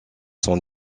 son